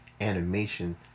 animation